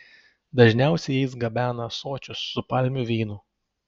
dažniausiai jais gabena ąsočius su palmių vynu